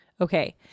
Okay